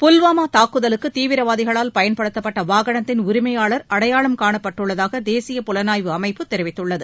புல்வாமா தாக்குதலுக்கு தீவிரவாதிகளால் பயன்படுத்தப்பட்ட வாகனத்தின் உரிமையாளர் அடையாளம் காணப்பட்டுள்ளதாக தேசிய புலனாய்வு அமைப்பு தெரிவித்துள்ளது